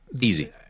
easy